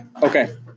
Okay